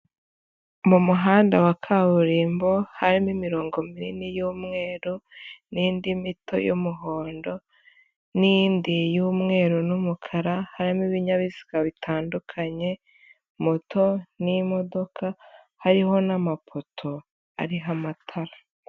Mu muhanda wa kaburimbo harimo imirongo minini y'umweru n'indi mito y'umuhondo n'indi y'umweru n'umukara, harimo ibinyabiziga bitandukanye, moto n'imodoka, hariho n'amapoto ariho amatara.